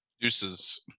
Deuces